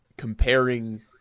comparing